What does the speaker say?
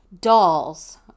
dolls